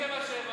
אם זה מה שהבנת,